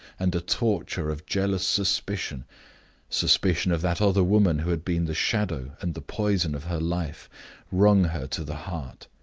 and a torture of jealous suspicion suspicion of that other woman who had been the shadow and the poison of her life wrung her to the heart.